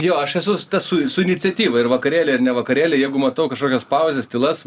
jo aš esu tas su su iniciatyva ir vakarėliai ar ne vakarėliai jeigu matau kažkokias pauzes tylas